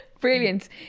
Brilliant